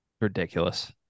Ridiculous